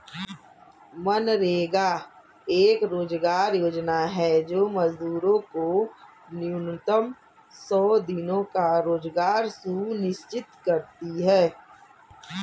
मनरेगा एक रोजगार योजना है जो मजदूरों को न्यूनतम सौ दिनों का रोजगार सुनिश्चित करती है